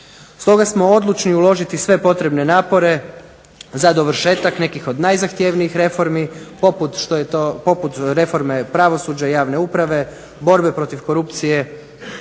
Stoga smo odlučni uložiti sve potrebne napore za dovršetak nekih od najzahtjevnijih reformi poput Reforme pravosuđa i javne uprave, borbe protiv korupcije